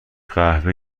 قهوه